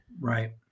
Right